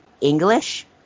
English